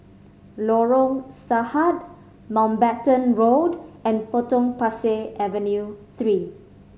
Lorong Sahad Mountbatten Road and Potong Pasir Avenue Three